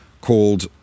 called